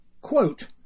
quote